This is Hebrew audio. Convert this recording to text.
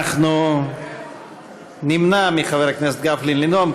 אנחנו נמנע מחבר הכנסת גפני לנאום,